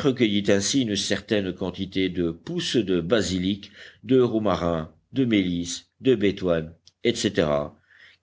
recueillit ainsi une certaine quantité de pousses de basilic de romarin de mélisse de bétoine etc